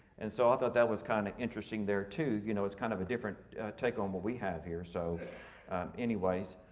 and so i thought that was kinda kind of interesting there too, you know it's kind of a different take on what we have here. so anyways,